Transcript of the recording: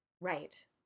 Right